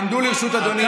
עמדו לרשות אדוני,